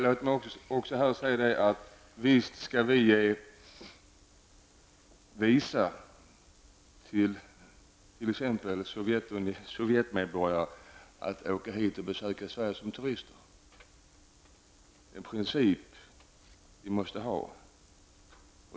Låt mig också säga att vi naturligtvis skall ge visum till t.ex. sovjetmedborgare så att de kan åka hit och besöka Sverige som turister. Det är en princip som vi måste ha.